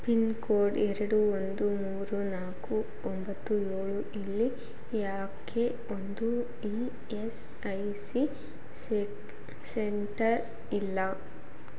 pin code ಎರಡು ಒಂದು ಮೂರು ನಾಲ್ಕು ಒಂಬತ್ತು ಏಳು ಇಲ್ಲಿ ಯಾಕೆ ಒಂದೂ E S I C centre ಇಲ್ಲ